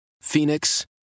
Phoenix